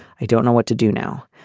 i don't know what to do now.